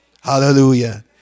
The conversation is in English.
hallelujah